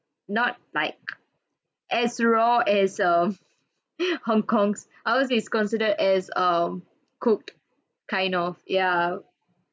not like as raw as um hong kong's ours is consider as um cooked kind of ya